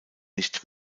nicht